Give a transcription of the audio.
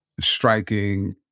striking